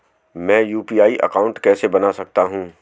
मैं UPI account कैसे बना सकता हूं?